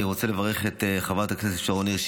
אני רוצה לברך את חברת הכנסת שרון ניר,